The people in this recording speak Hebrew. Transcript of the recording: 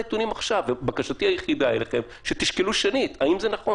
אנשים שמקיימים את הנורמה ומצייתים להוראות,